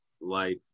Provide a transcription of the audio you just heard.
life